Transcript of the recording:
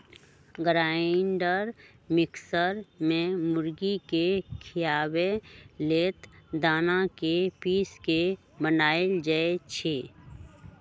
grinder mixer में मुर्गी के खियाबे लेल दना के पिस के बनाएल जाइ छइ